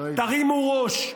תרימו ראש,